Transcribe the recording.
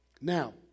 Now